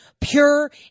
pure